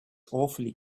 awfully